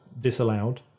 disallowed